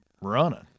running